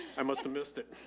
i must've missed it.